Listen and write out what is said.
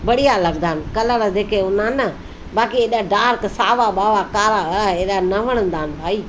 बढ़िया लॻंदा आहिनि कलर जेके हुंदा आहिनि न बाक़ी एॾा डार्क सावा ॿावा कारा हा अहिड़ा न वणंदा आहिनि भई